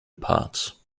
parts